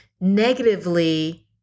negatively